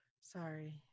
sorry